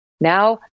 now